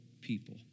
people